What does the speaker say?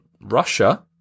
Russia